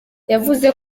yavuze